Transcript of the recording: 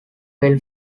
film